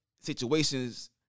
situations –